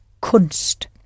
Kunst